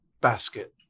basket